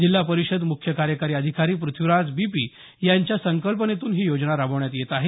जिल्हा परिषदेचे मुख्य कार्यकारी अधिकारी पृथ्वीराज बी पी यांच्या संकल्पनेतून ही योजना राबवण्यात येत आहे